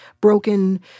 broken